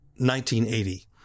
1980